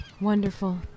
Wonderful